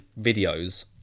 videos